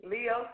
Leo